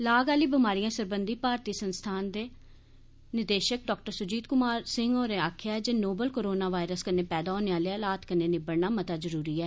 लाग आह्ली बमारिए सरबंधी भारतीय संस्थान दे निदेशक डा सुजीत कुमारर सिं होरें आक्खेआ ऐ जे नोवल कोरोना वायरस कन्नै पैदा होने आले हालात कन्नै निब्बड़ना मता जरूरी ऐ